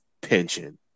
pension